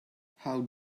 how